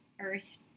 Earth